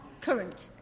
current